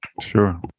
Sure